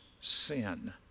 sin